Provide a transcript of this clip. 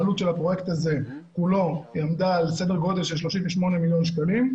העלות של הפרויקט הזה הוא סדר גודל של 38 מיליון שקלים.